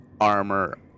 armor